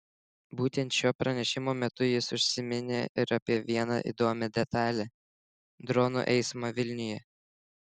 būtent šio pranešimo metu jis užsiminė ir apie vieną įdomią detalę dronų eismą vilniuje